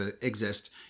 exist